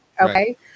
Okay